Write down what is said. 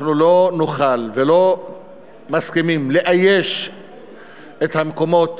אנחנו לא נוכל ולא מסכימים לאייש את המקומות